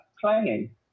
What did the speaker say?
playing